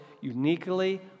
uniquely